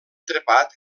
trepat